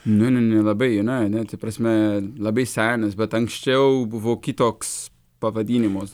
ne ne ne labai jauna ne ta prasme labai senas bet anksčiau buvo kitoks pavadinimas